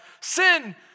sin